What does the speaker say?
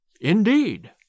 Indeed